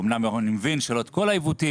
אמנם אני מבין שלא את כל העיוותים,